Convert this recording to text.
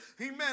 amen